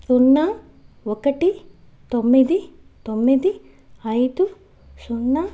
సున్నా ఒకటి తొమ్మిది తొమ్మిది ఐదు సున్నా